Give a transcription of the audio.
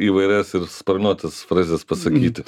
įvairias ir sparnuotas frazes pasakyti